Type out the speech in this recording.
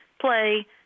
play